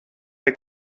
est